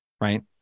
right